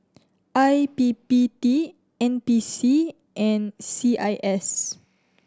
I P P T N P C and C I S